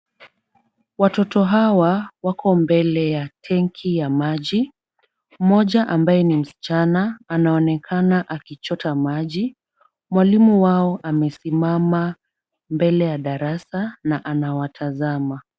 Watoto hawa wako mbele ya tenki ya maji. Mmoja ambaye ni msichana anaonekana akichota maji. Mwalimu wao amesimama mbele ya darasa na anawatazama.